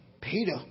Peter